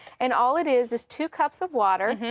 and all it is, is two cups of water,